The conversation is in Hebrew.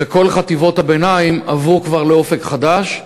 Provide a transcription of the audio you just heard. וכל חטיבות הביניים כבר עברו ל"אופק חדש",